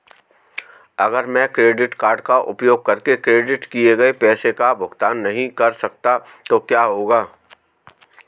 अगर मैं credit card का उपयोग करके क्रेडिट किए गए पैसे का भुगतान नहीं कर सकता तो क्या होगा?